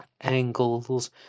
angles